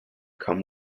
come